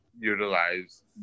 utilize